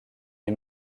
les